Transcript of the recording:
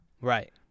Right